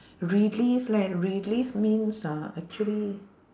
relive leh relive means ah actually